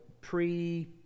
pre